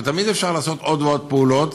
ותמיד אפשר לעשות עוד ועוד פעולות.